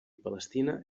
palestina